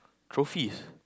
trophies